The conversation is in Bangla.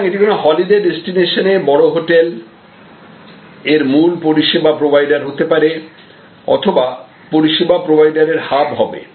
সুতরাং এটি কোন হলিডে ডেস্টিনেশনে বড় হোটেল এটি মূল পরিষেবা প্রোভাইডার হতে পারে অথবা পরিষেবা প্রোভাইডার এর হাব হবে